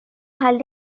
ভাল